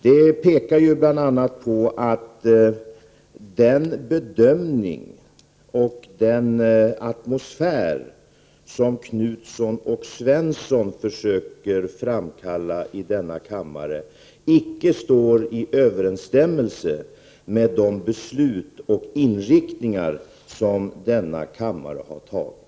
Det visar att den bedömning och den atmosfär som Göthe Knutson och Karl-Gösta Svenson försöker framkalla i denna kammare inte är i överensstämmelse med de beslut som denna kammare har fattat.